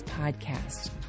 podcast